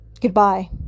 goodbye